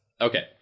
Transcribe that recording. Okay